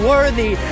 Worthy